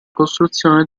costruzione